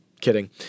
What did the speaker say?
kidding